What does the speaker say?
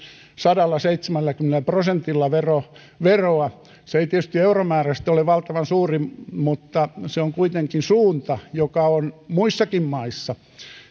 sadallaseitsemälläkymmenellä prosentilla veroa veroa se ei tietysti euromääräisesti ole valtavan suuri mutta se on kuitenkin suunta joka on muissakin maissa